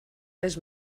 les